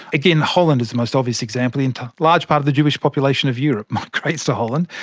again, holland is the most obvious example. a and large part of the jewish population of europe migrates to holland,